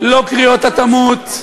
לא קריאות ה"תמות",